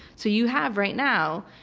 so you have right now,